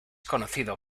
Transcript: conocido